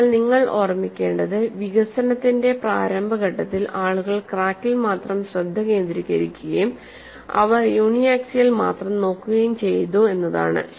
അതിനാൽ നിങ്ങൾ ഓർമ്മിക്കേണ്ടത് വികസനത്തിന്റെ പ്രാരംഭ ഘട്ടത്തിൽ ആളുകൾ ക്രാക്കിൽ മാത്രം ശ്രദ്ധ കേന്ദ്രീകരിക്കുകയും അവർ യൂണി ആക്സിയൽ മാത്രം നോക്കുകയും ചെയ്തു എന്നതാണ്